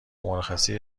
مرخصی